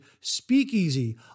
Speakeasy